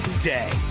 day